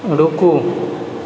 रूकु